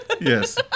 Yes